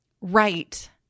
right